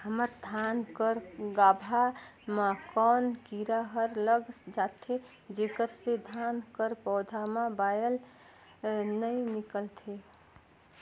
हमर धान कर गाभा म कौन कीरा हर लग जाथे जेकर से धान कर पौधा म बाएल नइ निकलथे?